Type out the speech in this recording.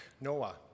Noah